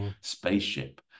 spaceship